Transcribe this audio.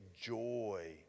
joy